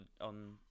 on